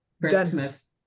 Christmas